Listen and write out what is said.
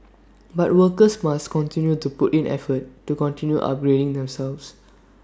but workers must continue to put in effort to continue upgrading themselves